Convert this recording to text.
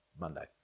Monday